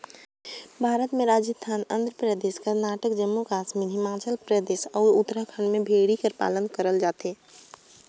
भारत में राजिस्थान, आंध्र परदेस, करनाटक, जम्मू कस्मी हिमाचल परदेस, अउ उत्तराखंड में भेड़ी कर पालन करल जाथे